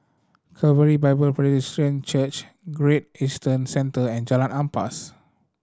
Calvary Bible Presbyterian Church Great Eastern Centre and Jalan Ampas